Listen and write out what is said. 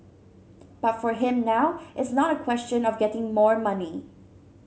but for him now it's not a question of getting more money